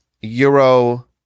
Euro